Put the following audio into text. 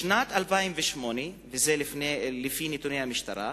בשנת 2006, וזאת לפי נתוני המשטרה,